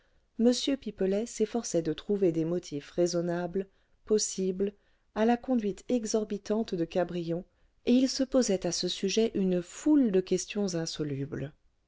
m pipelet s'efforçait de trouver des motifs raisonnables possibles à la conduite exorbitante de cabrion et il se posait à ce sujet une foule de questions insolubles